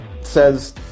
says